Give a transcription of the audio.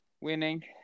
winning